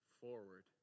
forward